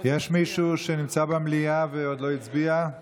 מישהו שנמצא במליאה ועוד לא הצביע?